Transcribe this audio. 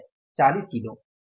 40 kilo सही है